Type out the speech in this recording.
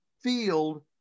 field